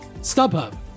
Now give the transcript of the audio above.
StubHub